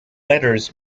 letters